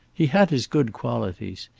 he had his good qualities.